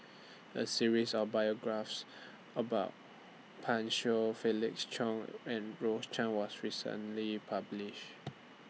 A series of biographies about Pan Shou Felix Cheong and Rose Chan was recently published